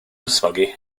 ysmygu